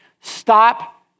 stop